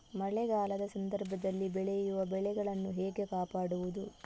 ಮಳೆಗಾಲದ ಸಂದರ್ಭದಲ್ಲಿ ಬೆಳೆಯುವ ಬೆಳೆಗಳನ್ನು ಹೇಗೆ ಕಾಪಾಡೋದು?